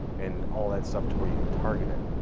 and all that stuff to where you can target it.